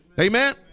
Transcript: Amen